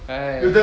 !hais!